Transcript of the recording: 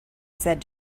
said